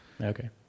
Okay